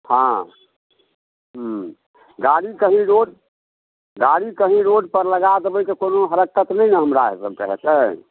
हँ हूँ गाड़ी कहीं रोड गाड़ी कहीं रोडपर लगा देबै तऽ कोनो हरकत नहि ने हमरा सबके हेतै